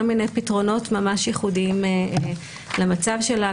מיני פתרונות ממש ייחודים למצב שלה,